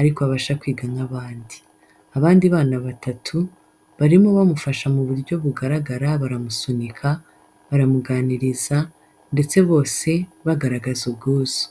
ariko abasha kwiga nk’abandi. Abandi bana batatu barimo bamufasha mu buryo bugaragara baramusunika, baramuganiriza, ndetse bose bagaragaza ubwuzu.